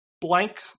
blank